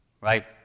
right